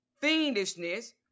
fiendishness